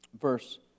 verse